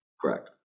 Correct